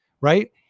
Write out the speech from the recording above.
right